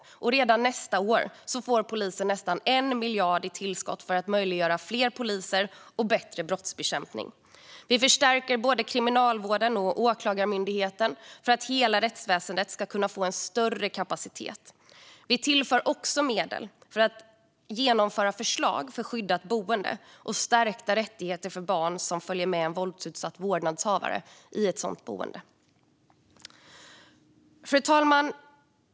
Redan nästa år får polisen nästan 1 miljard i tillskott för att möjliggöra fler poliser och bättre brottsbekämpning. Vi förstärker både Kriminalvården och Åklagarmyndigheten för att hela rättsväsendet ska få en större kapacitet. Vi tillför också medel för att genomföra förslag för skyddat boende och stärkta rättigheter för barn som följer med en våldsutsatt vårdnadshavare till ett sådant boende. Fru talman!